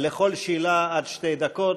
לכל שאלה עד שתי דקות,